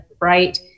right